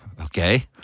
Okay